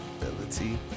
ability